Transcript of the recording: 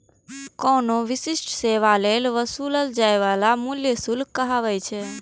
कोनो विशिष्ट सेवा लेल वसूलल जाइ बला मूल्य शुल्क कहाबै छै